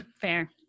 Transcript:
fair